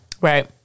right